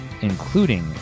including